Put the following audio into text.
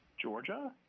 Georgia